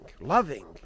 loving